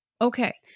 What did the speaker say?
okay